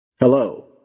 Hello